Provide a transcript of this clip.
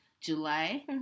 July